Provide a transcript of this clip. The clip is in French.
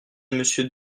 monsieur